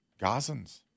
Gazans